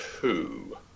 two